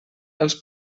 els